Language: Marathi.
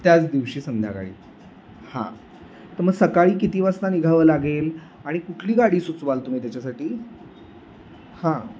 त्याच दिवशी संध्याकाळी हां तर मग सकाळी किती वाजता निघावं लागेल आणि कुठली गाडी सुचवाल तुम्ही त्याच्यासाठी हां